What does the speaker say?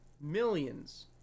millions